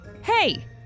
Hey